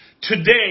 Today